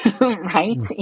Right